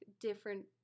different